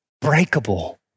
breakable